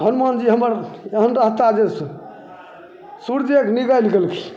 हनुमानजी हमर एहन रहता जे सूर्येके निगलि गेलखिन